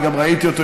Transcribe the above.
אני גם ראיתי אותו,